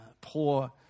poor